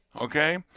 okay